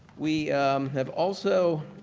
we have also